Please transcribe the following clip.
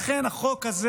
לכן החוק הזה